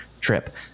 trip